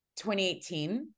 2018